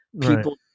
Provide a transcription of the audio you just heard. People